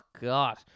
god